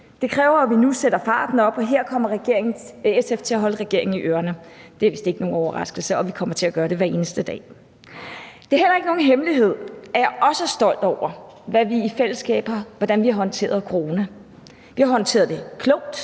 det kræver, at vi nu sætter farten op, og her kommer SF til at holde regeringen i ørerne – det er vist ikke nogen overraskelse – og vi kommer til at gøre det hver eneste dag. Det er heller ikke nogen hemmelighed, at jeg også er stolt over, hvordan vi i fællesskab har håndteret corona. Vi har håndteret det klogt.